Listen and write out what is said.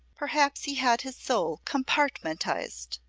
perhaps he had his soul compartmentized.